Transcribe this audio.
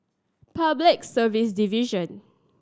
Public Service Division